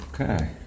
Okay